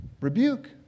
rebuke